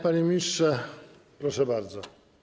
Panie ministrze, proszę bardzo.